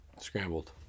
scrambled